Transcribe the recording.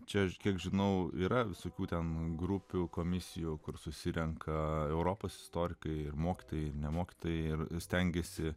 čia kiek žinau yra visokių ten grupių komisijų kur susirenka europos istorikai ir mokytojai nemoka ir stengiasi